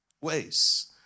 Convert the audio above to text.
ways